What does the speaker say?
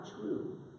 true